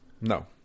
No